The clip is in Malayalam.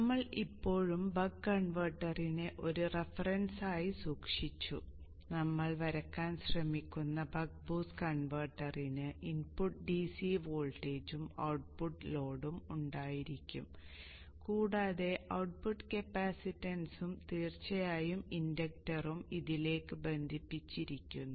നമ്മൾ ഇപ്പോഴും ബക്ക് കൺവെർട്ടറിനെ ഒരു റഫറൻസായി സൂക്ഷിച്ചു നമ്മൾ വരയ്ക്കാൻ ശ്രമിക്കുന്ന ബക്ക് ബൂസ്റ്റ് കൺവെർട്ടറിന് ഇൻപുട്ട് DC വോൾട്ടേജും ഔട്ട്പുട്ട് ലോഡും ഉണ്ടായിരിക്കും കൂടാതെ ഔട്ട്പുട്ട് കപ്പാസിറ്റൻസും തീർച്ചയായും ഇൻഡക്റ്ററും ഇതിലേക്ക് ബന്ധിപ്പിച്ചിരിക്കുന്നു